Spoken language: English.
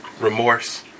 remorse